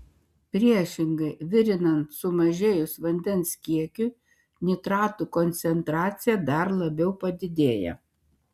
priešingai virinant sumažėjus vandens kiekiui nitratų koncentracija dar labiau padidėja